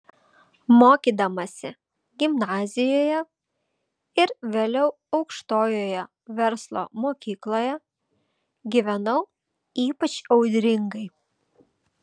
mokydamasi gimnazijoje ir vėliau aukštojoje verslo mokykloje gyvenau ypač audringai